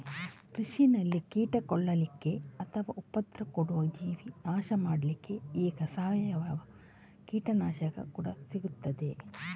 ಕೃಷಿನಲ್ಲಿ ಕೀಟ ಕೊಲ್ಲಿಕ್ಕೆ ಅಥವಾ ಉಪದ್ರ ಕೊಡುವ ಜೀವಿ ನಾಶ ಮಾಡ್ಲಿಕ್ಕೆ ಈಗ ಸಾವಯವ ಕೀಟನಾಶಕ ಕೂಡಾ ಸಿಗ್ತದೆ